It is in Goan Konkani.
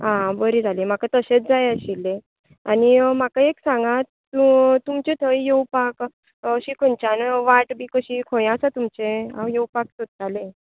आं बरें जालें म्हाका तशेंच जाय आशिल्लें आनी म्हाका एक सांगात तुमचें थंय येवपाक अशी खंयच्यान वाट बी कशी खंय आसा तुमचें हांव येवपाक सोदतालें